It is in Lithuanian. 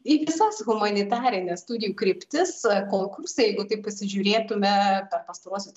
į visas humanitarines studijų kryptis konkursai jeigu taip pasižiūrėtume per pastaruosius